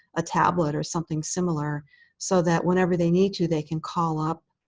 a tablet or something similar so that whenever they need to, they can call up